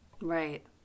Right